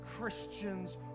Christians